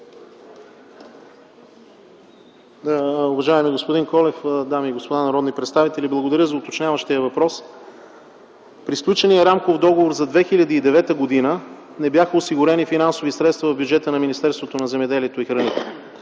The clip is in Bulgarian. Уважаеми господин Колев, дами и господа народни представители! Благодаря за уточняващия въпрос. При сключения рамков договор за 2009 г. не бяха осигурени финансови средства в бюджета на Министерството на земеделието и храните.